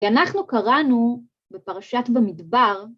כי אנחנו קראנו בפרשת במדבר